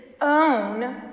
own